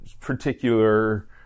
particular